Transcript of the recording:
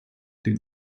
den